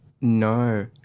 No